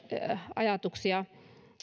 ajatuksia